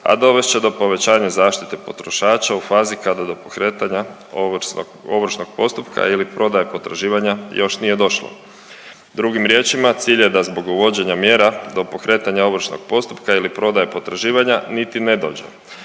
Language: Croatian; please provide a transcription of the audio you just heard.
a dovest će do povećanja zaštite potrošača u fazi kada do pokretanja ovršnog postupka ili prodaje potraživanja još nije došlo. Drugim riječima, cilj je da zbog uvođenja mjera do pokretanja ovršnog postupka ili prodaje potraživanja niti ne dođe.